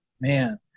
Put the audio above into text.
man